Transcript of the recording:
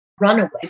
runaways